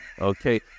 Okay